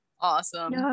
awesome